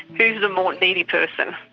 is the more needy person?